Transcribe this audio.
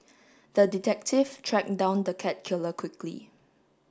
the detective track down the cat killer quickly